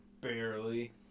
barely